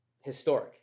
historic